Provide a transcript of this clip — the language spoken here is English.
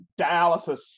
dialysis